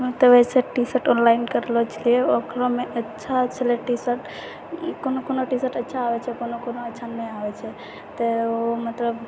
हम तऽ वैसे टी शर्ट ऑनलाइन करलो छलिऐ ओकरोमे अच्छा छलै टी शर्ट कोनो कोनो टी शर्ट अच्छा होइत छै कोनो कोनो अच्छा नहि होइत छै तऽ ओ मतलब